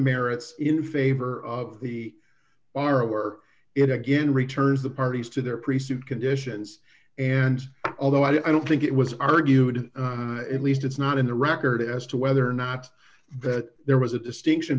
merits in favor of the borrower it again returns the parties to their precinct conditions and although i don't think it was argued at least it's not in the record as to whether or not that there was a distinction